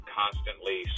constantly